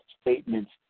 statements